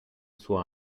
suo